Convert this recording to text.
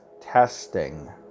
testing